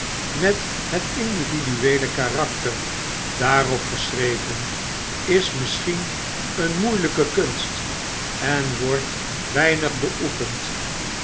met het individueele karakter daarop geschreven is misschien een moeilpe kunst en wordt weinig beoefend